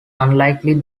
unlikely